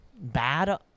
bad